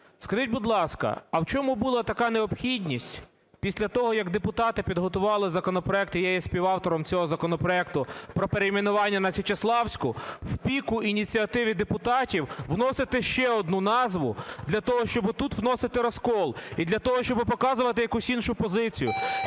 Скажіть, будь ласка, а в чому була така необхідність після того, як депутати підготували законопроект - і я є співавтором цього законопроекту, - про перейменування на Січеславську, в піку ініціативи депутатів вносити ще одну назву, для того щоби тут вносити розкол і для того щоби показувати якусь іншу позицію?